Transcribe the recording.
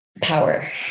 Power